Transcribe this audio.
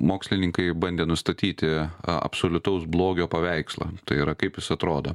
mokslininkai bandė nustatyti absoliutaus blogio paveikslą tai yra kaip jis atrodo